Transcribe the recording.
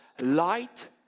Light